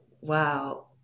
wow